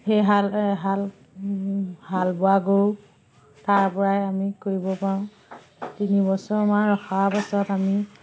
সেই হাল এহাল হাল বোৱা গৰু তাৰ পৰাই আমি কৰিব পাৰোঁ তিনিবছৰমান ৰখোৱাৰ পাছত আমি